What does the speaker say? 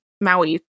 Maui